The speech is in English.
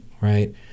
right